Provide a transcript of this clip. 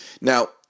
Now